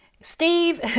Steve